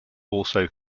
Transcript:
also